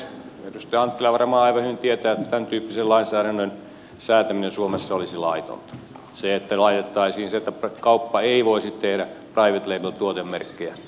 edustaja anttila varmaan aivan hyvin tietää että tämäntyyppisen lainsäädännön säätäminen suomessa olisi laitonta se että laitettaisiin niin että kauppa ei voisi tehdä private label tuotemerkkiä